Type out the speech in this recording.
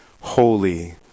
Holy